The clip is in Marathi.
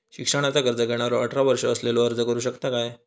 शिक्षणाचा कर्ज घेणारो अठरा वर्ष असलेलो अर्ज करू शकता काय?